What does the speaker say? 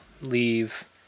Leave